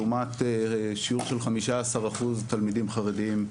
לעומת שיעור של 15 אחוז תלמידים חרדיים,